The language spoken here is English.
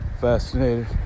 Fascinated